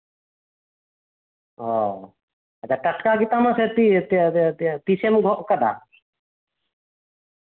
ᱚ ᱟᱪᱪᱷᱟ ᱴᱟᱴᱠᱟ ᱜᱮᱛᱟᱢ ᱥᱮ ᱛᱤ ᱛᱤ ᱛᱤᱥᱮᱢ ᱜᱚᱜ ᱟᱠᱟᱫᱟ